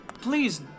Please